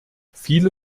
viele